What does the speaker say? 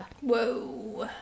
Whoa